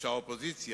שהאופוזיציה,